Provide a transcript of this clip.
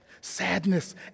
sadness